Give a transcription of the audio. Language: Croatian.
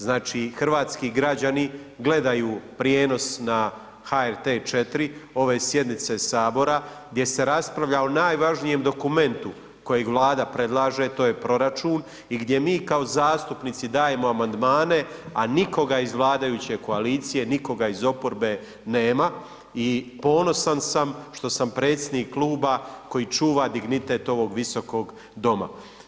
Znači hrvatski građani gledaju prijenos na HRT 4 ove sjednice Sabora gdje se raspravlja o najvažnijem dokumentu kojeg Vlada predlaže, to je proračun i gdje mi kao zastupnici dajemo amandmane a nikoga iz vladajuće koalicije, nikoga iz oporbe nema i ponosan sam što sam predsjednik kluba koji čuva dignitet ovog Visokog doma.